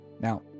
Now